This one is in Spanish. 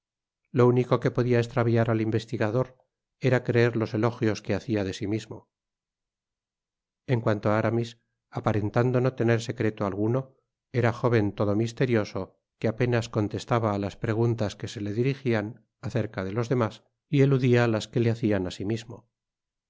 lo único que podia estraviar al investigador era creer los elogios que hacia e sí mismo en cuanto á aramis aparentando no tener secreto alguno era jóven todo misterioso que apenas contestaba á las preguntas que se le dirijian acerca de los demás y eludia las que le hacian á sí mismo